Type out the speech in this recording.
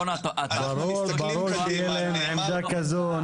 ברור שתהיה להם עמדה כזו.